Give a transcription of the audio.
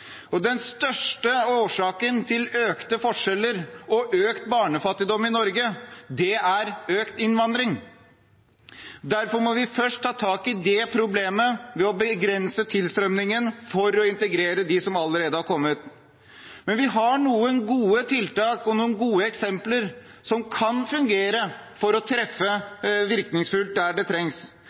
Norge. Den største årsaken til økte forskjeller og økt barnefattigdom i Norge er økt innvandring. Derfor må vi først ta tak i det problemet – ved å begrense tilstrømningen for å integrere dem som allerede har kommet. Vi har noen gode tiltak og noen gode eksempler som kan fungere, for å treffe virkningsfullt der det trengs.